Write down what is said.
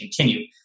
continue